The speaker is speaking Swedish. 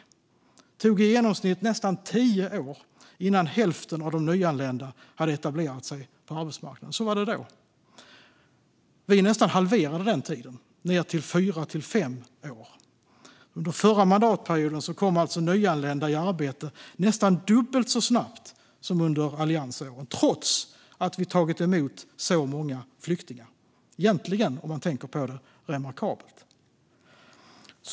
Det tog i genomsnitt nästan tio år innan hälften av de nyanlända hade etablerat sig på arbetsmarknaden. Så var det då. Vi nästan halverade den tiden ned till 4-5 år. Under förra mandatperioden kom alltså nyanlända i arbete nästan dubbelt så snabbt som under alliansåren trots att vi hade tagit emot så många flyktingar. Egentligen, om man tänker på det, är det remarkabelt.